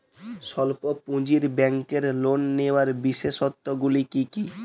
স্বল্প পুঁজির ব্যাংকের লোন নেওয়ার বিশেষত্বগুলি কী কী?